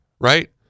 right